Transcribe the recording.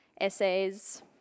essays